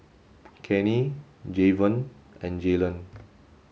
Cannie Jayvon and Jaylon